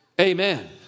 Amen